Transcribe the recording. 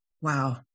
Wow